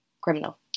criminal